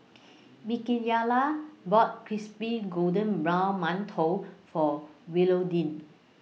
Mikayla bought Crispy Golden Brown mantou For Willodean